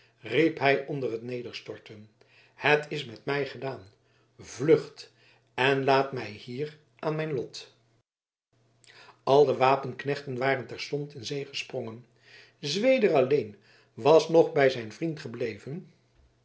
riep hij onder t nederstorten het is met mij gedaan vlucht en laat mij hier aan mijn lot al de wapenknechten waren terstond in zee gesprongen zweder alleen was nog bij zijn vriend gebleven